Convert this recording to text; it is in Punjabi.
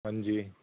ਹਾਂਜੀ